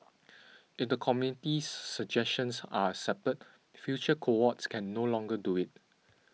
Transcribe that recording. if the committee's suggestions are accepted future cohorts can no longer do it